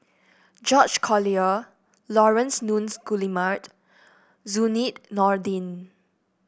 George Collyer Laurence Nunns Guillemard Zainudin Nordin